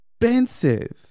expensive